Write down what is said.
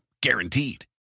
Guaranteed